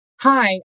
hi